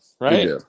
right